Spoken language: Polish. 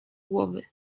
głowy